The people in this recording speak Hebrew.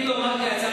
אני רק